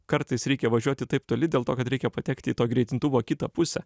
kartais reikia važiuoti taip toli dėl to kad reikia patekti į to greitintuvo kitą pusę